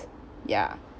ya